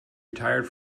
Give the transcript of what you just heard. retired